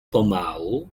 pomału